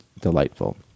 delightful